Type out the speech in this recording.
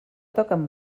toquen